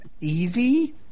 easy